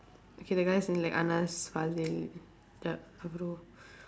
okay that guy as in like